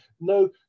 No